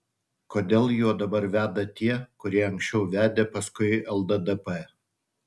kodėl juo dabar veda tie kurie anksčiau vedė paskui lddp